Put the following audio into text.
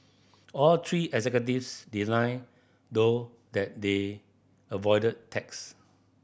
all three executives denied though that they avoided tax